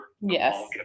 Yes